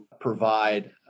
provide